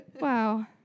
Wow